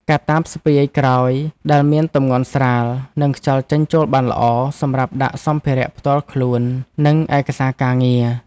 កាតាបស្ពាយក្រោយដែលមានទម្ងន់ស្រាល និងខ្យល់ចេញចូលបានល្អ សម្រាប់ដាក់សម្ភារៈផ្ទាល់ខ្លួន និងឯកសារការងារ។